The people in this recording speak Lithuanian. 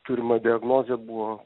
turima diagnozė buvo